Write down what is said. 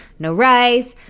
no rice,